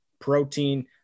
protein